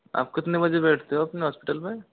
आप कितने बजे बैठते हो अपने हॉस्पिटल में